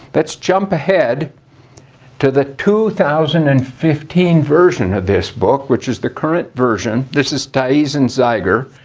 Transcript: let's jump ahead to the two thousand and fifteen version of this book, which is the current version. this is taiz and zeiger.